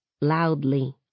Loudly